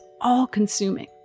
all-consuming